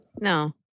No